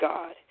God